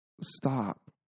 stop